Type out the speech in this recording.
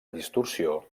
distorsió